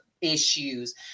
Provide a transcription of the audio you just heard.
issues